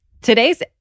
Today's